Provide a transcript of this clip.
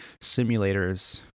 simulators